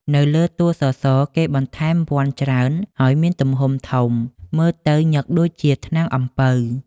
នៅលើតួសសរ គេបន្ថែមវ័ណ្ឌច្រើន ហើយមានទំហំធំ មើលទៅញឹកដូចជាថ្នាំងអំពៅ។